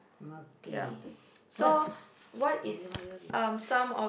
okay what's belum habis habis